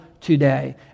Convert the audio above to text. today